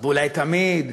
ואולי תמיד,